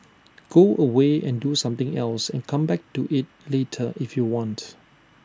go away and do something else and come back to IT later if you want